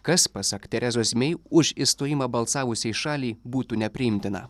kas pasak terezos mei už išstojimą balsavusiai šaliai būtų nepriimtina